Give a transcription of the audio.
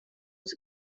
was